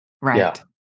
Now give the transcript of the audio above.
right